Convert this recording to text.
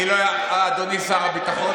אדוני שר הביטחון,